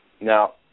Now